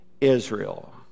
Israel